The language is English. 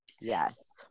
yes